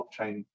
blockchain